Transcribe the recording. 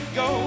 go